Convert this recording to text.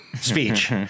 speech